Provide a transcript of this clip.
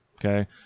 Okay